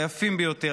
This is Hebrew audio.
היפים ביותר,